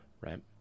right